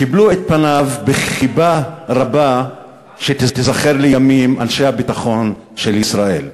קיבלו את פניו בחיבה רבה שתיזכר לימים אנשי הביטחון של ישראל.